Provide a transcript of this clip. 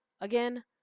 Again